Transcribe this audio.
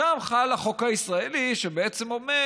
שם חל החוק הישראלי שבעצם אומר: